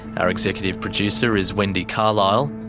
our executive producer is wendy carlisle.